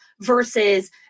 versus